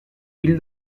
fill